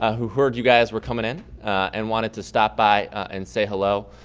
ah who heard you guys were coming in and wanted to stop by and say hello.